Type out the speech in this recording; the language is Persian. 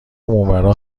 اونورا